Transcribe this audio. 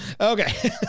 Okay